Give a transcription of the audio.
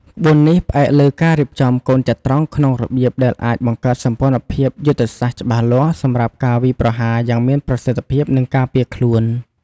ក្បួននេះផ្អែកលើការរៀបចំកូនចត្រង្គក្នុងរបៀបដែលអាចបង្កើតសម្ព័ន្ធភាពយុទ្ធសាស្ត្រច្បាស់លាស់ សម្រាប់ការវាយប្រហារយ៉ាងមានប្រសិទ្ធភាព និងការពារខ្លួន។